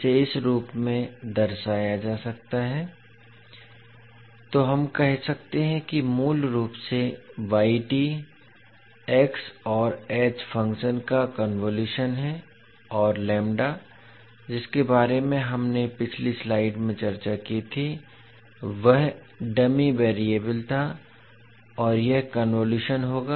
इसे इस रूप में दर्शाया जा सकता है तो हम कह सकते हैं कि मूल रूप से x और h फ़ंक्शंस का कन्वोलुशन है और लैंबडा जिसके बारे में हमने पिछली स्लाइड में चर्चा की थी वह डमी वैरिएबल था और यह कन्वोलुशन होगा